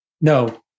No